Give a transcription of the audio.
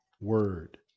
word